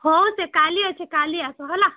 ହଉ ସେ କାଲି ଅଛି କାଲି ଆସ ହେଲା